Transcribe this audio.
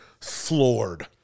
floored